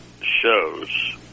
shows